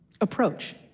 approach